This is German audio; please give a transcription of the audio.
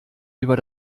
über